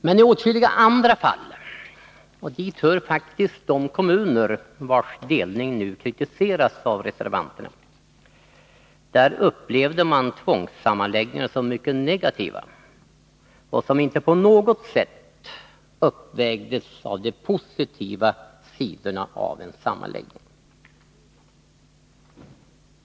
Men i åtskilliga andra fall, och dit hör faktiskt de kommuner vilkas delning nu kritiseras av reservanterna, upplevdes tvångssammanläggningarna som någonting mycket negativt som inte på något sätt uppvägdes av det positiva i en sammanläggning.